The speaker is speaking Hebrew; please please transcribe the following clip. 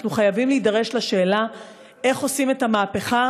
אנחנו חייבים להידרש לשאלה איך עושים את המהפכה.